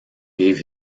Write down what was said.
gave